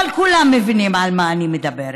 אבל כולם מבינים על מה אני מדברת.